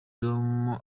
dom